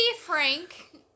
Frank